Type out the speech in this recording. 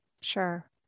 Sure